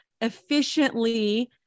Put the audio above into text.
efficiently